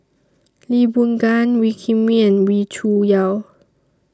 Lee Boon Ngan Wee Kim Wee and Wee Cho Yaw